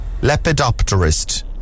Lepidopterist